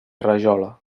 rajola